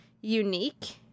unique